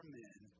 men